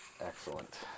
Excellent